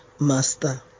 master